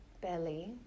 belly